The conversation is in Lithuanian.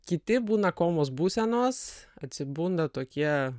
kiti būna komos būsenos atsibunda tokie